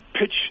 pitch